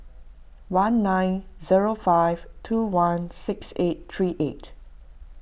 one nine zero five two one six eight three eight